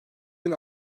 bin